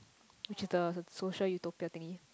which you don't social you talk Japanese